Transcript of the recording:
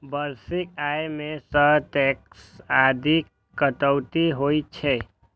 वार्षिक आय मे सं टैक्स आदिक कटौती होइ छै